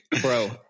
bro